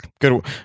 Good